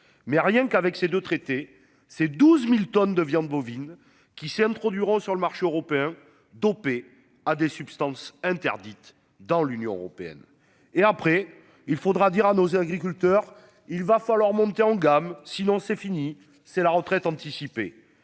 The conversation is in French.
Mais rien qu'avec ses deux traiter ces 12.000 tonnes de viande bovine qui s'est introduit sur le marché européen dopé à des substances interdites dans l'Union européenne. Et après il faudra dire à nos agriculteurs, il va falloir monter en gamme si l'on c'est fini c'est la retraite anticipée